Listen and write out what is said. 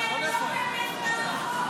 כי הם לא באמת בעד החוק.